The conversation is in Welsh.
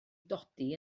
dodi